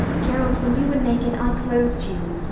gerald, when you were naked i clothed you,